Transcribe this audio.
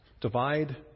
divide